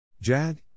JAD